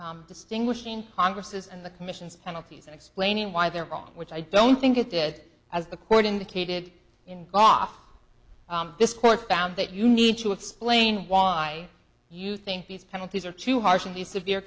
or distinguishing congresses and the commission's penalties and explaining why they're wrong which i don't think it did as the court indicated in goff this court found that you need to explain why you think these penalties are too